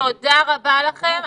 תודה רבה לכם,